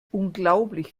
unglaublich